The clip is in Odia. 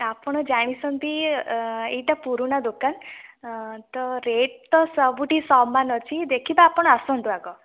ଆପଣ ଜାଣିଛନ୍ତି ଏଇଟା ପୁରୁଣା ଦୋକାନ ତ ରେଟ୍ ତ ସବୁଠି ସମାନ ଅଛି ଦେଖିବା ଆପଣ ଆସନ୍ତୁ ଆଗ